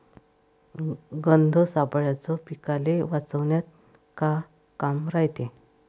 गंध सापळ्याचं पीकाले वाचवन्यात का काम रायते?